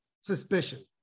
suspicion